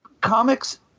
Comics